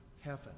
heaven